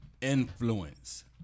influence